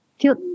feel